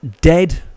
dead